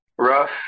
Rough